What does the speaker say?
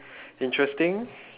interesting